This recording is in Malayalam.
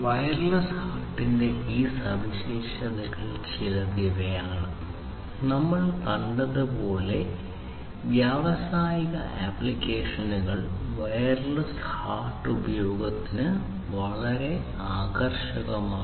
വയർലെസ് HART ന്റെ ഈ സവിശേഷതകളിൽ ചിലത് ഇവയാണ് നമ്മൾ കണ്ടതുപോലെ വ്യാവസായിക ആപ്ലിക്കേഷനുകൾ വയർലെസ് HART ഉപയോഗത്തിന് വളരെ ആകർഷകമാണ്